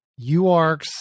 UARCs